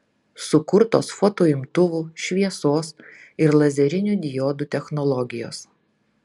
sukurtos fotoimtuvų šviesos ir lazerinių diodų technologijos